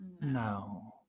no